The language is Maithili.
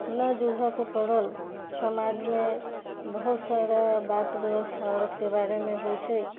न जुझयके पड़ल समाजमे बहुत सारा बात व्यवस्था औरतके बारेमे होइ छै